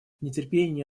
нетерпении